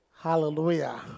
Hallelujah